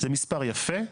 זה מספר יפה,